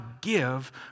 give